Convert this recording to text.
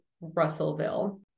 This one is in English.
Russellville